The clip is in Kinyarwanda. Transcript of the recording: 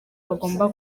bagomba